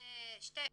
שני חסמים,